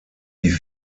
die